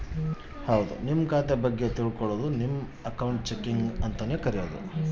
ನಮ್ ಖಾತೆ ಬಗ್ಗೆ ತಿಲ್ಕೊಳೋದು ಅಕೌಂಟ್ ಚೆಕಿಂಗ್ ಆಗ್ಯಾದ